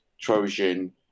Trojan